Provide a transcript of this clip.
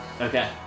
Okay